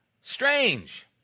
strange